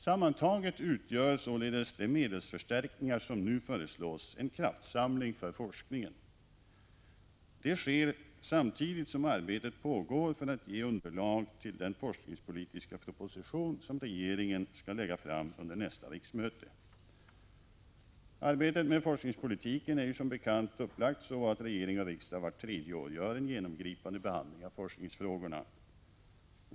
Sammantaget utgör således de medelsförstärkningar som nu föreslås en kraftsamling för forskningen. Detta sker samtidigt som arbetet pågår för att ge underlag till den forskningspolitiska proposition som regeringen skall lägga fram under nästa riksmöte. Arbetet med forskningspolitiken är som bekant upplagt så att regering och riksdag vart tredje år gör en genomgripande behandling av forskningsfrågorna.